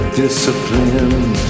discipline